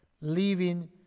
Living